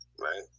right